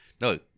No